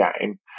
game